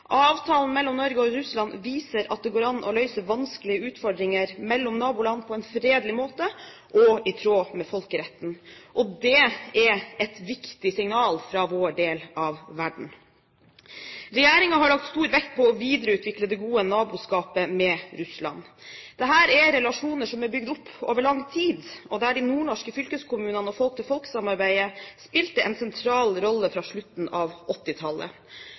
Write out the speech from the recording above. Avtalen mellom Norge og Russland viser at det går an å løse vanskelige utfordringer mellom naboland på en fredelig måte og i tråd med folkeretten. Det er et viktig signal fra vår del av verden. Regjeringen har lagt stor vekt på å videreutvikle det gode naboskapet med Russland. Dette er relasjoner som er bygd opp over lang tid, og der de nordnorske fylkeskommunene og folk-til-folk-samarbeidet har spilt en sentral rolle fra slutten av